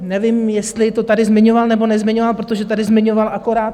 Nevím, jestli to tady zmiňoval, nebo nezmiňoval, protože tady zmiňoval akorát...